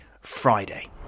Friday